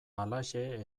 halaxe